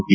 T